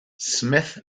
smith